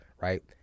right